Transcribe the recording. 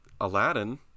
Aladdin